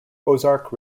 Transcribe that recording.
ozark